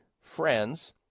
friends